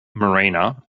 marina